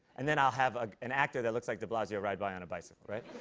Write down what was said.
and then i'll have ah an actor that looks like de blasio ride by on a bicycle, right?